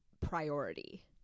priority